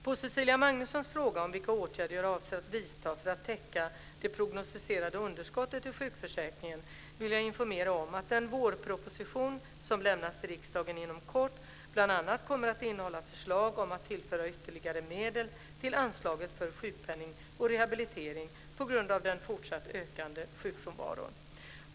På Cecilia Magnussons fråga om vilka åtgärder jag avser att vidta för att täcka det prognostiserade underskottet i sjukförsäkringen vill jag informera om att den vårproposition som lämnas till riksdagen inom kort bl.a. kommer att innehålla förslag om att tillföra ytterligare medel till anslaget för sjukpenning och rehabilitering på grund av den fortsatt ökande sjukfrånvaron.